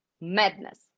madness